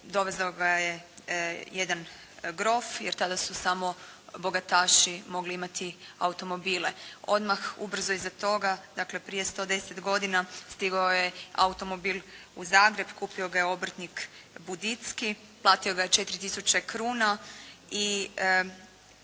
Dovezao ga je jedan grof, jer tada su samo bogataši mogli imati automobile. Odmah ubrzo iza toga, dakle prije 110 godina stigao je automobil u Zagreb, kupio ga je obrtnik Budicki, platio ga je 4 tisuće kruna i